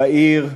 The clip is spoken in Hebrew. בעיר,